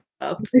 up